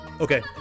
Okay